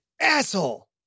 Asshole